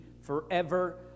forever